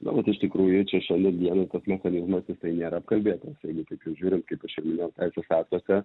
na vat iš tikrųjų čia šiandien dienai tas mechanizmas jisai nėra apkalbėtas jeigu taip jau žiūrint kaip aš ir minėjau teisės aktuose